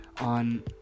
on